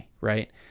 right